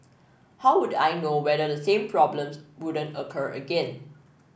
how would I know whether the same problems wouldn't occur again